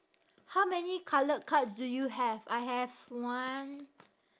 how many coloured cards do you have I have one